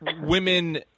women